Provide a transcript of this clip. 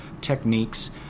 techniques